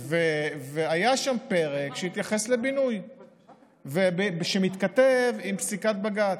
היה פרק שהתייחס לבינוי שמתכתב עם פסיקת בג"ץ.